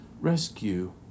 rescue